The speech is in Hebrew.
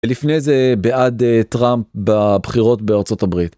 לפני זה בעד טראמפ בבחירות בארצות הברית.